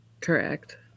correct